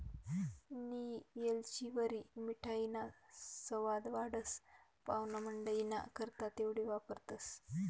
नियी येलचीवरी मिठाईना सवाद वाढस, पाव्हणामंडईना करता तेवढी वापरतंस